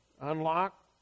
unlock